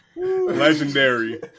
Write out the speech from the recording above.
Legendary